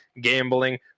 gambling